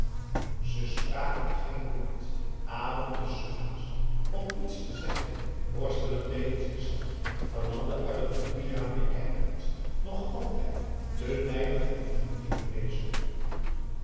ze spraken geen woord adam te suf haast om iets te zeggen worstelend tegen zichzelf verlande uit het portierraampje kijkend nog altijd te nijdig om vriendelijk te wezen